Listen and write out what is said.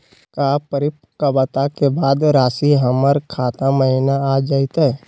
का परिपक्वता के बाद रासी हमर खाता महिना आ जइतई?